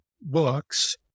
books